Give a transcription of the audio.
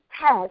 test